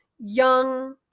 young